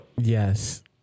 Yes